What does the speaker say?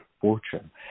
fortune